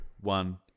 one